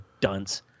dunce